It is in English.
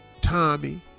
Tommy